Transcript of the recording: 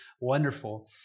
wonderful